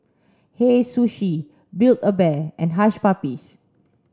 Hei Sushi Build a Bear and Hush Puppies